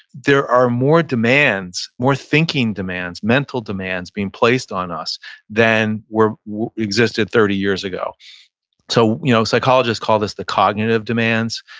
there are more demands, more thinking demands, mental demands being placed on us than existed thirty years ago so you know psychologists call this the cognitive demands,